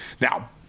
Now